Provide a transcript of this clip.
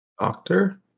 Doctor